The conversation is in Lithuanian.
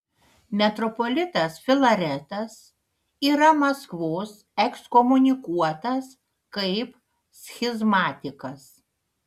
metropolitas filaretas yra maskvos ekskomunikuotas kaip schizmatikas